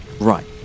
Right